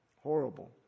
horrible